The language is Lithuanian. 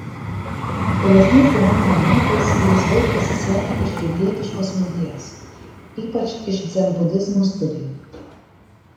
vėlesniais gyvenimo metais jis daug pasisėmė iš rytietiškos minties ypač iš dzenbudizmo studijų